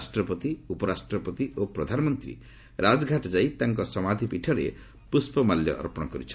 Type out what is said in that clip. ରାଷ୍ଟ୍ରପତି ଉପରାଷ୍ଟ୍ରପତି ଓ ପ୍ରଧାନମନ୍ତ୍ରୀ ରାଜଘାଟ ଯାଇ ତାଙ୍କ ସମାଧିପୀଠରେ ପୁଷ୍ପମାଲ୍ୟ ଅର୍ପଣ କରିଛନ୍ତି